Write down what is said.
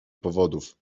powodów